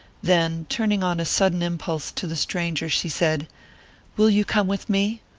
then, turning on a sudden impulse to the stranger, she said will you come with me?